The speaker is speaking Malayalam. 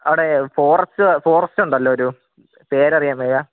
അവിടെ ഫോറസ്റ്റ് ഫോറസ്റ്റ് ഉണ്ടല്ലോ ഒരു പേരറിയാൻ വയ്യ